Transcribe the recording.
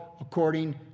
according